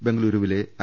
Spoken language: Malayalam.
ബംഗളുരുവിലെ ഐ